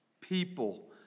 people